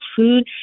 food